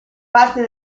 parte